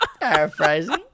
Paraphrasing